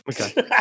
Okay